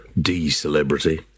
D-celebrity